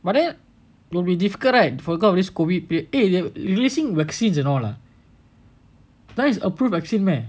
but then it will be difficult right forgot about this COVID period eh the releasing vaccines and all ah that is approved vaccine meh